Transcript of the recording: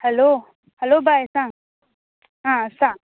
hello hello बाय सांग आं सांग